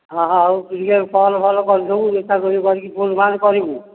ହଁ ହଁ ହଉ ତୁ ଟିକିଏ କଲ୍ ଫଲ୍ କରୁଥିବୁ ଟିକିଏ କରିକି ଫୋନ୍ ଫାନ୍ କରିବୁ